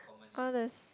all these